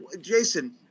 Jason